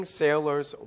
sailor's